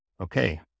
okay